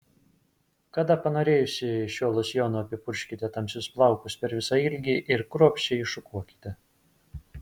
kada panorėjusi šiuo losjonu apipurkškite tamsius plaukus per visą ilgį ir kruopščiai iššukuokite